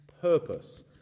purpose